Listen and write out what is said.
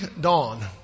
dawn